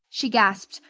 she gasped,